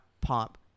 pop